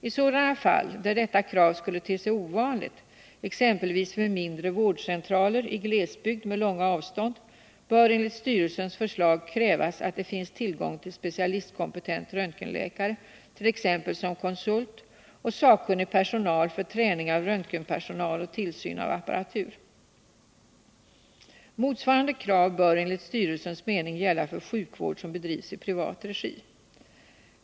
I sådana fall där detta krav skulle te sig ovanligt — exempelvis vid mindre vårdcentraler i glesbygd med långa avstånd — bör enligt styrelsens förslag krävas att det finns tillgång till specialistkompetent röntgenläkare, t. ex som konsult, och sakkunnig personal för träning av röntgenpersonal och tillsyn av apparatur. Motsvarande krav bör enligt styrelsens mening gälla för sjukvård som bedrivs i privat regi.